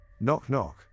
Knock-knock